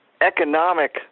economic